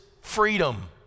freedom